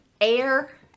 air